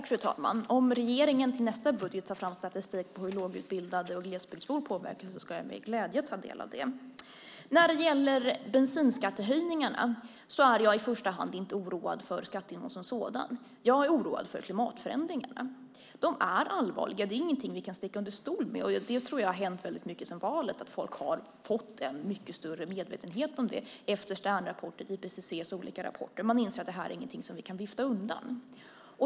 Fru talman! Om regeringen till nästa budget tar fram statistik över hur lågutbildade och glesbygdsbor påverkas ska jag med glädje ta del av det. När det gäller detta med bensinskattehöjning är jag inte i första hand oroad för skatthöjningen som sådan. Jag är oroad för klimatförändringarna. De är allvarliga, det är ingenting som vi kan sticka under stol med. Jag tror att det har hänt mycket sedan valet. Folk har fått en mycket större medvetenhet om det efter Sternrapporten och IPCC:s olika rapporter. Man inser att det här inte är någonting som vi bara kan vifta undan.